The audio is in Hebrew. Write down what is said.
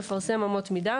מפרסם אמות מידה.